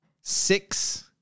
six